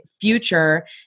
future